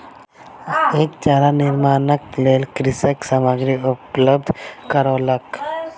अधिक चारा निर्माणक लेल कृषक सामग्री उपलब्ध करौलक